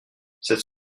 cette